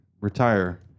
Retire